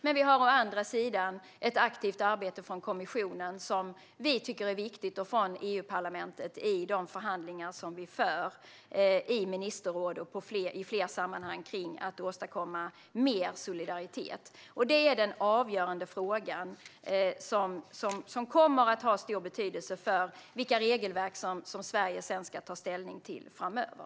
Men å andra sidan sker det ett aktivt och viktigt arbete i kommissionen, i EU-parlamentet, i ministerrådet och i fler sammanhang för att åstadkomma mer solidaritet. Det är den avgörande fråga som kommer att ha stor betydelse för vilka regelverk som Sverige ska ta ställning till framöver.